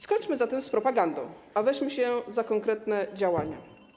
Skończmy zatem z propagandą, a weźmy się za konkretne działania.